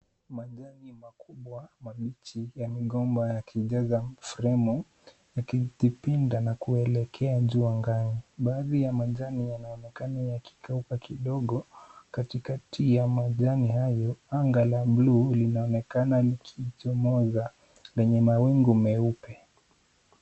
Majani makubwa mabichi ya migomba yakijaza fremu, yakijipinda na kuelekea juu angani. Baadhi ya majani yanaonekana yakikauka kidogo. Katikati ya majani hayo, anga la buluu linaonekana likichomoza lenye mawingu meupe.